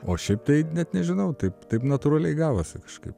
o šiaip tai net nežinau taip taip natūraliai gavosi kažkaip